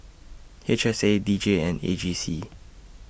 H S A D J and A G C